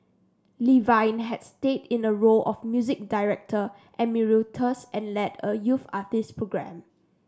Levine had stayed in a role of music director emeritus and led a youth artist program